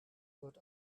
wird